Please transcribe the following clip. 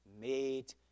made